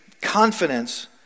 confidence